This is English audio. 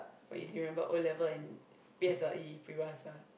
for you to remember O-level and P_S_L_E peribahasa